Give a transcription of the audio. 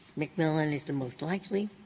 mcmillan is the most likely,